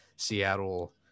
Seattle